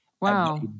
Wow